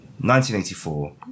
1984